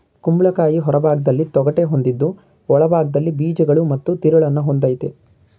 ಕುಂಬಳಕಾಯಿ ಹೊರಭಾಗ್ದಲ್ಲಿ ತೊಗಟೆ ಹೊಂದಿದ್ದು ಒಳಭಾಗ್ದಲ್ಲಿ ಬೀಜಗಳು ಮತ್ತು ತಿರುಳನ್ನು ಹೊಂದಯ್ತೆ